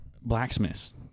blacksmiths